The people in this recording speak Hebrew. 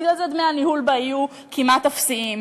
בגלל זה דמי הניהול בה יהיו כמעט אפסיים,